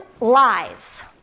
lies